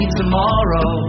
tomorrow